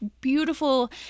beautiful